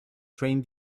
train